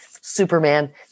Superman